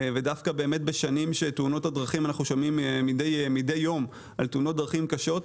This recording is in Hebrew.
ודווקא בשנים שאנחנו שומעים מדי יום על תאונות דרכים קשות.